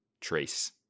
trace